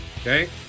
Okay